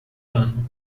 ano